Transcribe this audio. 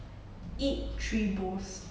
eat three bowls